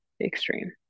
extreme